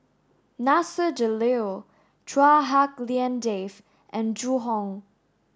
Nasir Jalil Chua Hak Lien Dave and Zhu Hong